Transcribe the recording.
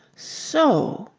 so.